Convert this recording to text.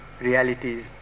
realities